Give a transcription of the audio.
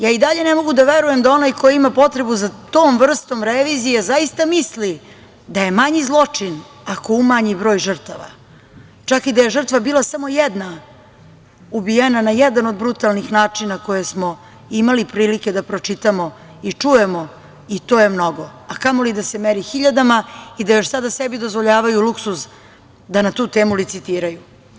Ja i dalje ne mogu da verujem da onaj ko ima potrebu za tom vrstom revizije zaista misli da je manji zločin ako umanji broj žrtava, čak i da je žrtva bila samo jedna, ubijena na jedan od brutalnih načina koje smo imali prilike da pročitamo i čujemo, i to je mnogo, a kamoli da se meri hiljadama i da još sada sebi dozvoljavaju luksuz da na tu temu licitiraju.